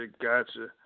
gotcha